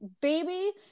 baby